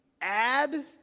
add